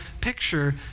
picture